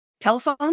telephone